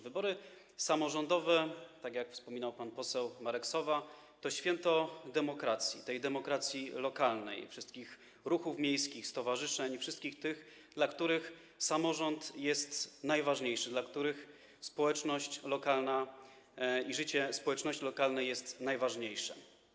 Wybory samorządowe, tak jak wspominał pan poseł Marek Sowa, to święto demokracji, tej demokracji lokalnej, wszystkich ruchów miejskich, stowarzyszeń i wszystkich tych, dla których samorząd jest najważniejszy, dla których społeczność lokalna i życie społeczności lokalnej są najważniejsze.